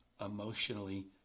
emotionally